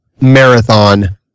marathon